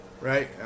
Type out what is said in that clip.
right